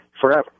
forever